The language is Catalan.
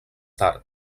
tard